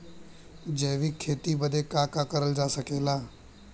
जैविक खेती बदे का का करल जा सकेला?